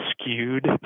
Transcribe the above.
skewed